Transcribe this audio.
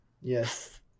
Yes